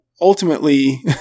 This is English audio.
ultimately